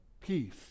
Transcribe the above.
peace